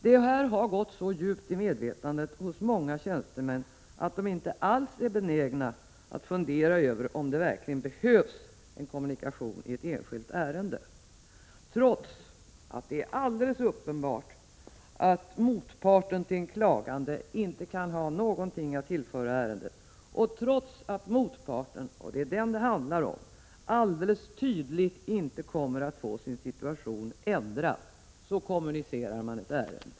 Det här har gått så djupt in i medvetandet hos många tjänstemän att de inte alls är benägna att fundera över om det verkligen behövs en kommunikation i ett enskilt ärende. Man kommunicerar ett ärende trots att det är alldeles uppenbart att motparten till en klagande inte kan ha något att tillföra det och trots att motparten — och det är honom det handlar om — alldeles tydligt inte kommer att få sin situation ändrad.